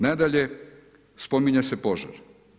Nadalje, spominje se požar.